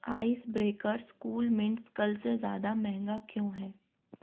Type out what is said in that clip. ice breakers coolmints कल से ज़्यादा महँगा क्यों है